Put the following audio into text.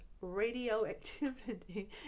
radioactivity